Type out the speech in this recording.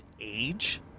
age